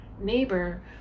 neighbor